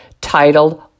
titled